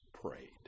prayed